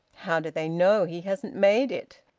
how do they know he hasn't made it?